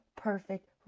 perfect